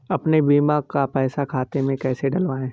अपने बीमा का पैसा खाते में कैसे डलवाए?